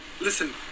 Listen